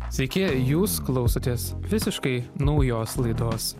sveiki jūs klausotės visiškai naujos laidos